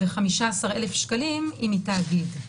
ו-15,000 שקלים אם היא תאגיד.